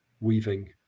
weaving